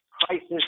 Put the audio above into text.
crisis